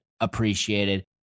appreciated